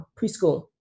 preschool